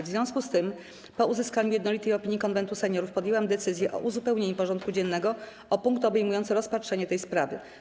W związku z tym, po uzyskaniu jednolitej opinii Konwentu Seniorów, podjęłam decyzję o uzupełnieniu porządku dziennego o punkt obejmujący rozpatrzenie tej sprawy.